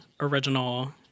original